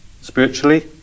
spiritually